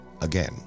again